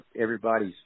everybody's